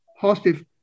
positive